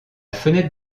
fenêtre